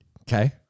Okay